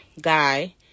guy